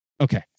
Okay